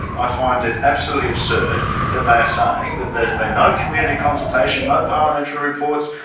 i find it absolutely absurd that they are saying that there's been no community consultation, no parliamentary reports,